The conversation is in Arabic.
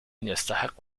يستحق